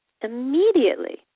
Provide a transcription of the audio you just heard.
immediately